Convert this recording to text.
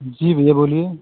जी भैया बोलिए